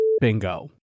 bingo